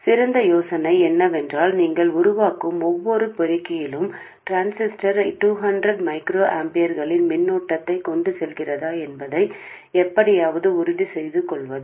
சிறந்த யோசனை என்னவென்றால் நீங்கள் உருவாக்கும் ஒவ்வொரு பெருக்கியிலும் டிரான்சிஸ்டர் 200 மைக்ரோஆம்பியர்களின் மின்னோட்டத்தைக் கொண்டு செல்கிறதா என்பதை எப்படியாவது உறுதிசெய்துகொள்வது